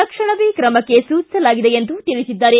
ತಕ್ಷಣವೇ ಕ್ರಮಕ್ಕೆ ಸೂಚಿಸಲಾಗಿದೆ ಎಂದು ತಿಳಿಸಿದ್ದಾರೆ